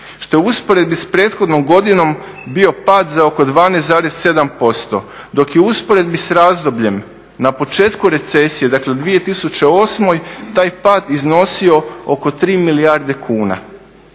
što je u usporedbi sa prethodnom godinom bio pad za oko 12,7% dok je u usporedbi sa razdobljem na početku recesije u 2008.taj pad iznosio oko 3 milijarde kuna.